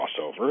crossover